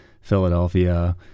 philadelphia